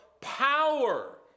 power